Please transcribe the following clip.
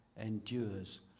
endures